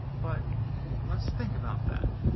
but let's think about that.